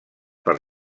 per